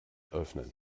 öffnen